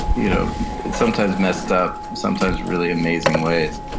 you know sometimes messed up, sometimes really amazing ways,